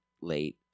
late